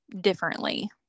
differently